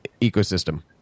ecosystem